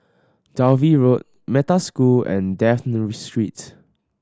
Dalvey Road Metta School and Dafne Street